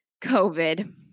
COVID